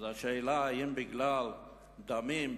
השאלה אם בגלל דמים,